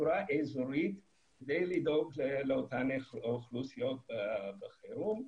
בצורה אזורית כדי לדאוג לאותן אוכלוסיות בחירום.